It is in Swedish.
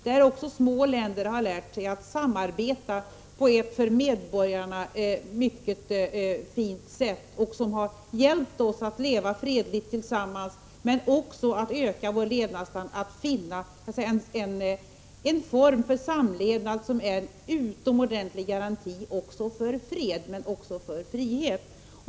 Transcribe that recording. Här har små länder lärt sig att samarbeta på ett för medborgarna mycket fint sätt, vilket har hjälpt oss att leva fredligt tillsammans, att öka vår levnadsstandard och att finna en form för samlevnad som är en utomordentlig garanti också för fred och frihet.